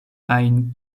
ajn